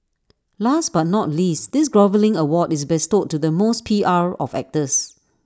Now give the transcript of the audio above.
last but not least this groveling award is bestowed to the most P R of actors